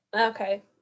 okay